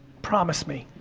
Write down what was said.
promise me,